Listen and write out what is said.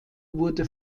wurde